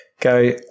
Go